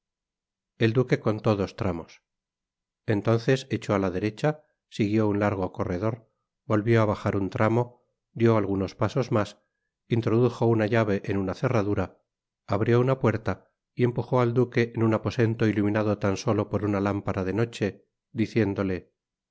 el duque contó dos tramos entonces echó á la derecha siguió un largo corredor volvió á bajar un tramo dió algunos pasos mas introdujo una llave en una cerradura abrió una puerta y empujó al duque en un aposento iluminado tan solo por una lámpara de noche diciéndole